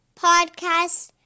Podcast